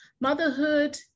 motherhood